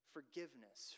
Forgiveness